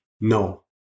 no